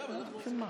בשביל מה?